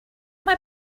mae